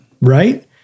Right